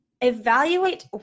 evaluate